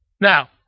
Now